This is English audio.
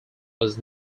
was